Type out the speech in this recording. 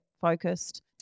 focused